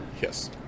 Yes